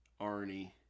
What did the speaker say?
Arnie